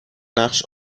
نقش